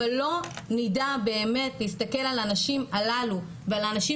אבל לא נדע באמת להסתכל על הנשים הללו ועל האנשים